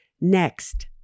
Next